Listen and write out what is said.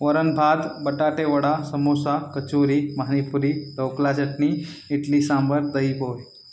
वरण भात बटाटेवडा समोसा कचोरी पाणीपुरी ढोकळा चटणी इडली सांबर दही पोहे